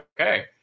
okay